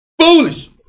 Foolish